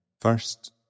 First